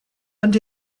and